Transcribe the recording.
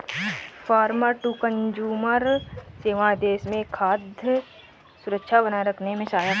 farmer to consumer सेवाएं देश में खाद्य सुरक्षा बनाए रखने में सहायक है